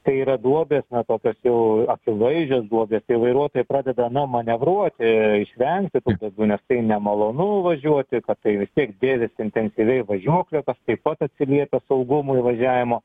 kai yra duobės na tokios jau akivaizdžios duobės kai vairuotojai pradeda na manevruoti išvengti duobių nes tai nemalonu važiuoti kad tai vis tiek dėvisi intensyviai važiuoklė taip pat atsiliepia saugumui įvažiavimo